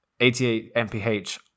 88MPH